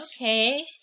Okay